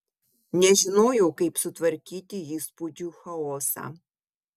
nežinojau kaip sutvarkyti įspūdžių chaosą